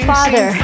Father